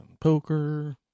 poker